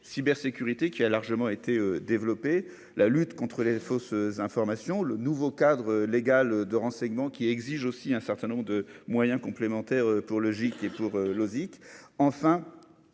cybersécurité qui a largement été développé la lutte contre les fausses informations le nouveau cadre légal de renseignements qui exige aussi un certain nombre de moyens complémentaires pour logique et pour Losique enfin